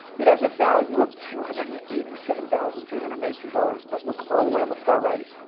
it has a value of two hundred and eighty seven thousand three hundred and nineteen dollars but look all the way on the far right.